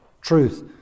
truth